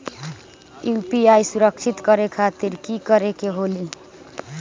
UPI सुरक्षित करे खातिर कि करे के होलि?